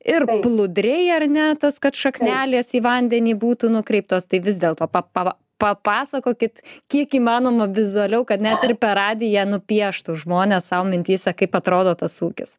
ir plūdriai ar ne tas kad šaknelės į vandenį būtų nukreiptos tai vis dėl to pa papa papasakokit kiek įmanoma vizualiau kad net ir per radiją nupieštu žmonės sau mintyse kaip atrodo tas ūkis